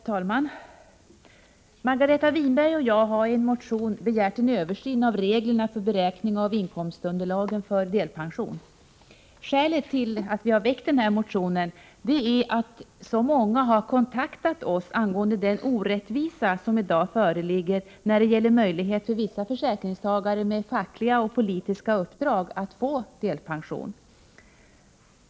Herr talman! Margareta Winberg och jag har i en motion begärt en översyn av reglerna för beräkning av inkomstunderlaget för delpension. Skälet till att vi har väckt den här motionen är att så många har kontaktat oss angående den orättvisa som i dag föreligger när det gäller möjlighet för vissa försäkringstagare med fackliga och politiska uppdrag att få delpension.